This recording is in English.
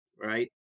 Right